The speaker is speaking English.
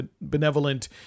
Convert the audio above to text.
benevolent